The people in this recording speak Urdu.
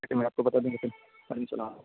ٹھیک ہے میں آپ کو بتا دوں گا کل